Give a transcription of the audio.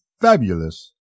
fabulous